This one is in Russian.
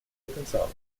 потенциала